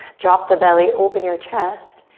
drop the belly, open your chest.